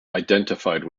identified